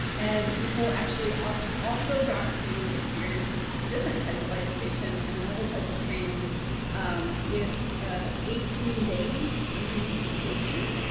and nicole, actually, um also got to experience a and different type of isolation and another type of training um with ah eighteen days underneath the ocean